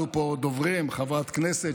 עלו פה דוברים: חברת כנסת